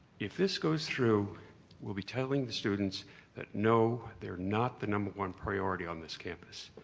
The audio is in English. if this goes through we'll be telling the students that no they're not the number one priority on this campus,